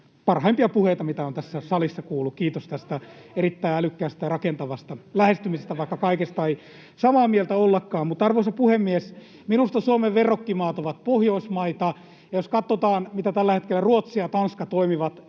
parhaimpia puheita, mitä olen tässä salissa kuullut — kiitos tästä erittäin älykkäästä ja rakentavasta lähestymisestä, vaikka kaikesta ei samaa mieltä ollakaan. Arvoisa puhemies! Minusta Suomen verrokkimaat ovat Pohjoismaita, ja jos katsotaan, miten tällä hetkellä Ruotsi ja Tanska toimivat: